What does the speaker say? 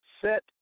set